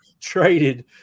traded